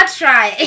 try